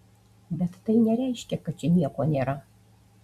bet tai nereiškia kad čia nieko nėra